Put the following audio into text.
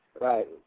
Right